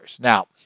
Now